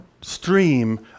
stream